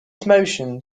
motion